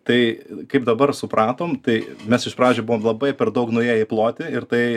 tai kaip dabar supratom tai mes iš pradžių buvom labai per daug nuėję į plotį ir tai